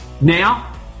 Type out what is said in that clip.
Now